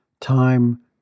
time